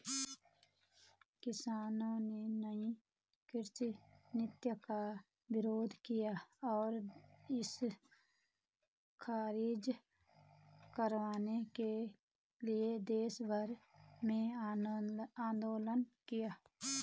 किसानों ने नयी कृषि नीति का विरोध किया और इसे ख़ारिज करवाने के लिए देशभर में आन्दोलन किया